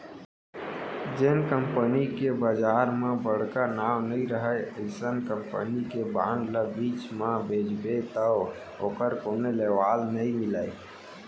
जेन कंपनी के बजार म बड़का नांव नइ रहय अइसन कंपनी के बांड ल बीच म बेचबे तौ ओकर कोनो लेवाल नइ मिलय